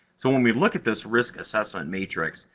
so, when we look at this risk assessment matrix,